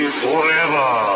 forever